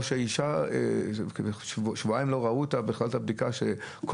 או אישה ששבועיים לא ראו בכלל את הבדיקה שלה,